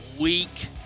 Week